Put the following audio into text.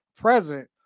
present